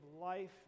life